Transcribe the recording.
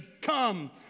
come